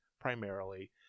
primarily